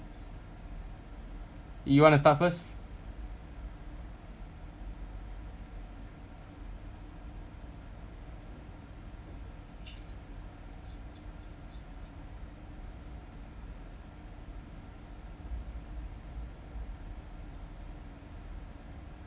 you want to start first